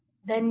धन्यवाद